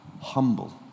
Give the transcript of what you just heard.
humble